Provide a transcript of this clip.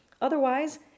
Otherwise